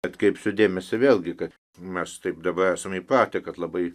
atkreipsiu dėmesį vėlgi kad mes taip dabar esam įpratę kad labai